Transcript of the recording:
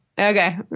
Okay